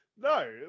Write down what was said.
No